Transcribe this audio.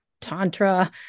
tantra